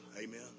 Amen